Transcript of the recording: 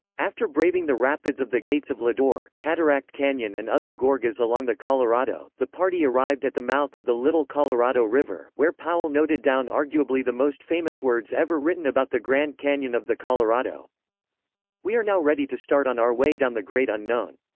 after braving the rapids of the gates of lodore, cataract canyon and other gorges along the colorado, the party arrived at the mouth of the little colorado river, river, where powell noted down arguably the most famous words ever written about the grand canyon of the colorado we are now ready to start on our way down the great unknown.